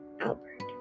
Albert